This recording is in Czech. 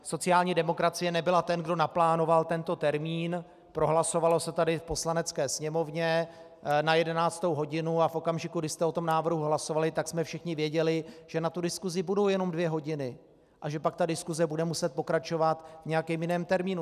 Sociální demokracie nebyla ten, kdo naplánoval tento termín, prohlasovalo se tady v Poslanecké sněmovně na jedenáctou hodinu a v okamžiku, kdy jste o tom návrhu hlasovali, tak jsme všichni věděli, že na diskusi budou jenom dvě hodiny a že pak ta diskuse bude muset pokračovat v nějaké jiném termínu.